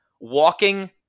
walking